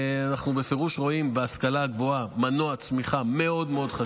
אנחנו בפירוש רואים בהשכלה הגבוהה מנוע צמיחה חשוב מאוד מאוד,